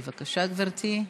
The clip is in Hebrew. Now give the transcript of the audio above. בבקשה, גברתי.